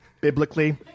biblically